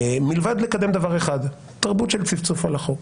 מלבד לקדם דבר אחד, תרבות של צפצוף על החוק.